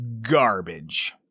garbage